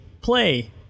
play